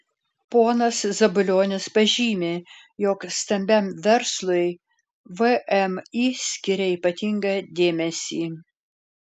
ponas zabulionis pažymi jog stambiam verslui vmi skiria ypatingą dėmesį